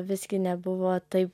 visgi nebuvo taip